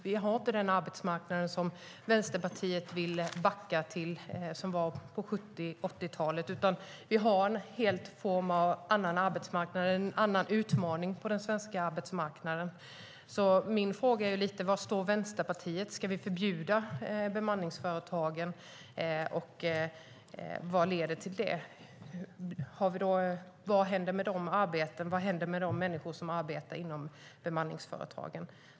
Vi har inte den arbetsmarknad som var på 70 och 80-talet och som Vänsterpartiet vill backa till. Vi har en helt annan arbetsmarknad och en annan utmaning på den svenska arbetsmarknaden. Min fråga är: Var står Vänsterpartiet? Ska vi förbjuda bemanningsföretag? Vad leder det till? Vad händer med de människor som arbetar inom bemanningsföretagen?